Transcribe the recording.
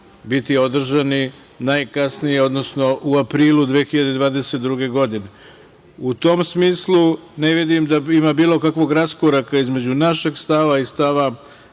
biti održani najkasnije, odnosno u aprilu 2022. godine.U tom smislu, ne vidim da ima bilo kakvog raskoraka između našeg stava i stava